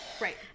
Right